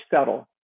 settle